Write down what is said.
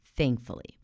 Thankfully